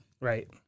Right